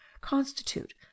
constitute